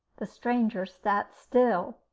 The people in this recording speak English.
the stranger sat still,